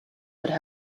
would